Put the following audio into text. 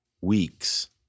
weeks